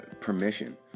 permission